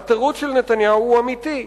"התירוץ של נתניהו הוא אמיתי.